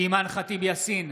אימאן ח'טיב יאסין,